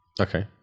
Okay